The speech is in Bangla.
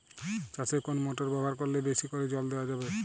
চাষে কোন মোটর ব্যবহার করলে বেশী করে জল দেওয়া যাবে?